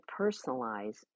personalize